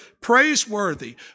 praiseworthy